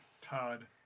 Todd